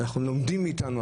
לומדים מאתנו,